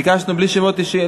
ביקשנו בלי שמות אישיים,